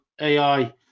ai